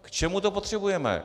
K čemu to potřebujeme?